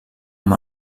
amb